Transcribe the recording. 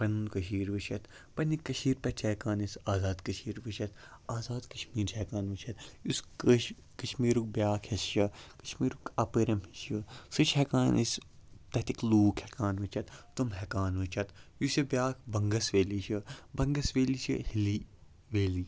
پَنُن کٔشیٖر وٕچھِتھ پَنٛنہِ کٔشیٖرِ پٮ۪ٹھ چھِ ہٮ۪کان أسۍ آزاد کٔشیٖر وٕچھِتھ آزاد کشمیٖر چھِ ہٮ۪کان وٕچھِتھ یُس کٲشہٕ کَشمیٖرُک بیٛاکھ حِصہٕ چھِ کَشمیٖرُک اَپٲرِم حِصہٕ چھُ سُہ چھِ ہٮ۪کان أسۍ تَتِکۍ لوٗکھ ہٮ۪کان وٕچھِتھ تِم ہٮ۪کان وٕچھِتھ یُس یہِ بیٛاکھ بَنٛگَس ویلی چھِ بَنٛگَس ویلی چھِ ہِلی ویلی